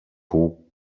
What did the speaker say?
πού